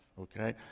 okay